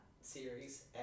series